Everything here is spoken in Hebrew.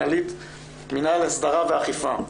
מינהל הסדרה ואכיפה.